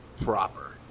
proper